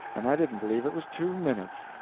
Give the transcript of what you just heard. and i didn't believe it was two minutes!